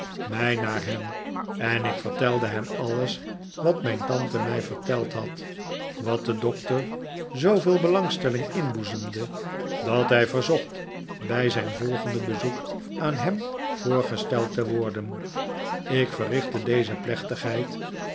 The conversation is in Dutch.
mij naar hem en ik vertelde hem alles wat mijn tante mij verteld had wat den doctor zooveel belangstelling inboezemde dat hij verzocht bij zijn volgende bezoek aan hem voorgesteld te worden ik verrichtte deze plechtigheid